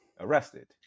arrested